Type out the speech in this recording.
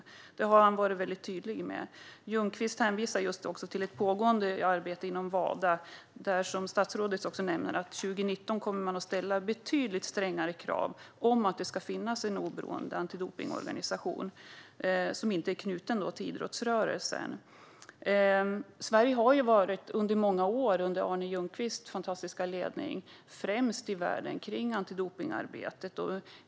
Det har han varit väldigt tydlig med. Ljunqvist hänvisar också till ett pågående arbete inom Wada, som statsrådet också nämnde. År 2019 kommer man att ställa betydligt strängare krav på att det ska finnas en oberoende antidopningsorganisation som inte är knuten till idrottsrörelsen. Sverige har under Arne Ljungqvists ledning under många år varit främst i världen med dopningsarbetet.